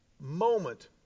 moment